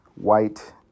white